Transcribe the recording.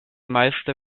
meiste